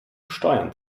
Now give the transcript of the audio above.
steuern